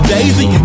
Daisy